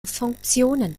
funktionen